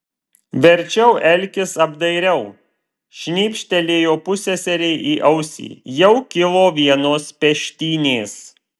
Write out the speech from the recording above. verčiau elkis apdairiau šnypštelėjo pusseserei į ausį jau kilo vienos peštynės